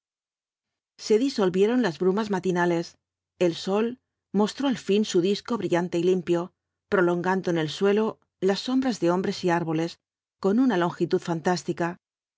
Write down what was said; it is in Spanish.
se disolvieron las brumas matinales el sol mostró al fin su disco brillante y limpio prolongando en el suelo las sombras de hombres y árboles con una longitud fantástica